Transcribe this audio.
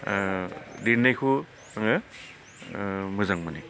लिरनायखौ आङो मोजां मोनो